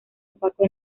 opaco